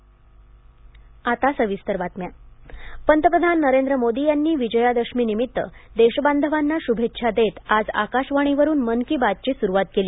मन की बात पंतप्रधान नरेंद्र मोदी यांनी विजयादशमीनिमित्त देशबाधवांना शुभेच्छा देत आज आकाशवाणीवरुन मन की बातची सुरूवात केली